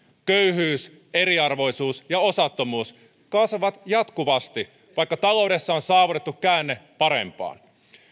köyhyys eriarvoisuus ja osattomuus kasvavat jatkuvasti vaikka taloudessa on saavutettu käänne parempaan